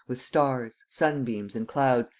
with stars, sunbeams, and clouds,